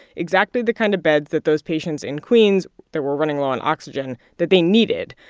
exactly the kind of beds that those patients in queens that were running low on oxygen, that they needed.